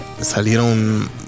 Salieron